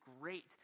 great